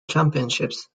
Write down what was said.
championships